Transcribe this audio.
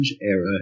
era